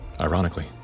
Ironically